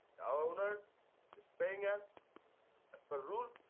the owner is paying us as per rule.